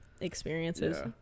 experiences